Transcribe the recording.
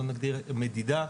לא נגדיר מדידה,